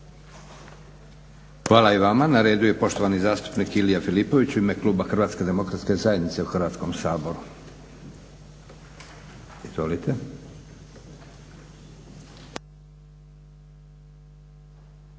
Hvala i vama. Na redu je poštovani zastupnik Boris Blažeković u ime kluba Hrvatske narodne stranke u Hrvatskom saboru.